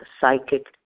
psychic